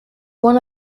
one